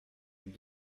êtes